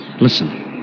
Listen